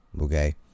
okay